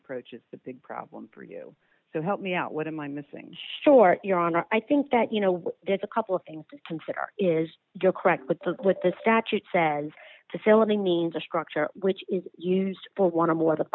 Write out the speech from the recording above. approach is the big problem for you so help me out what am i missing short your honor i think that you know there's a couple of things to consider is you're correct with the with the statute says the filling means a structure which is used for one of more the